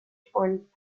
font